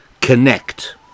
connect